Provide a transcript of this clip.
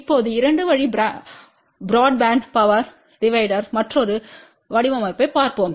இப்போது 2 வழி broadband power டிவைடரான மற்றொரு வடிவமைப்பைப் பார்ப்போம்